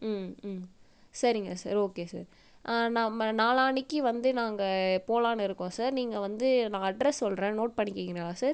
ம் ம் சரிங்க சார் ஓகே சார் நம்ம நாளான்னைக்கு வந்து நாங்கள் போலாம்ன்னு இருக்கோம் சார் நீங்கள் வந்து நான் அட்ரஸ் சொல்கிறேன் நோட் பண்ணிக்குறீங்களா சார்